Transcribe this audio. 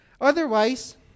Otherwise